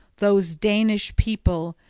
those danish people,